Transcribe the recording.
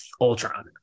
Ultron